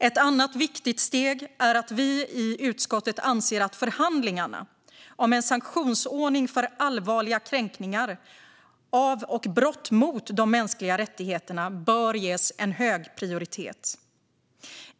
Ett annat viktigt steg är att vi i utskottet anser att förhandlingarna om en sanktionsordning för allvarliga kränkningar av och brott mot de mänskliga rättigheterna bör ges hög prioritet.